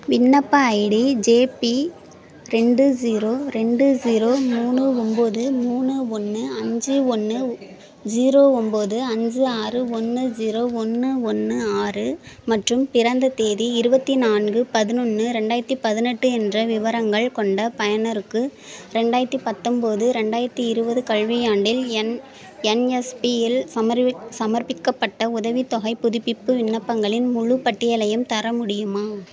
விண்ணப்ப ID JP ரெண்டு zero ரெண்டு ஸீரோ மூணு ஒன்போது மூணு ஒன்று அஞ்சு ஒன்று ஸீரோ ஒன்போது அஞ்சு ஆறு ஒன்று ஸீரோ ஒன்று ஒன்று ஆறு மற்றும் பிறந்த தேதி இருபத்தி நான்கு பதினொன்று ரெண்டாயிரத்தி பதினெட்டு என்ற விவரங்கள் கொண்ட பயனருக்கு ரெண்டாயிரத்தி பத்தொன்போது ரெண்டாயிரத்தி இருபது கல்வியாண்டில் என் என்எஸ்பியில் சமர்ப்பி சமர்ப்பிக்கப்பட்ட உதவித்தொகைப் புதுப்பிப்பு விண்ணப்பங்களின் முழுப் பட்டியலையும் தர முடியுமா